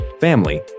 family